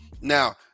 Now